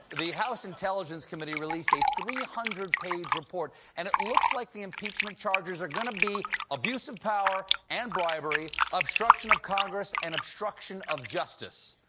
the house intelligence committee released a three hundred page report, and it looks like the impeachment charges are going to be abuse of power and bribery, obstruction of congress, and obstruction of justice.